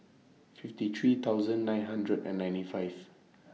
fifty three thousand nine hundred and ninety five